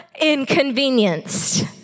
inconvenienced